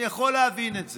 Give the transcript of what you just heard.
אני יכול להבין את זה,